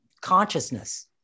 consciousness